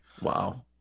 Wow